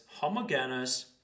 homogeneous